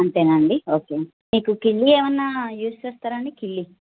అంతేనా అండి ఓకే మీకు కిళ్ళీ ఏమన్న యూజ్ చేస్తారా అండి కిళ్ళీ